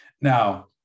Now